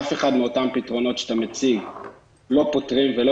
אף אחד מאותם פתרונות שאתה מציג לא פותרים ולא